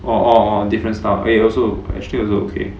oh oh oh different style eh also actually also okay